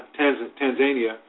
Tanzania